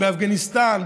באפגניסטן,